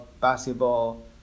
basketball